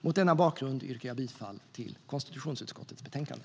Mot denna bakgrund yrkar jag bifall till förslaget i konstitutionsutskottets betänkande.